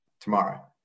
tomorrow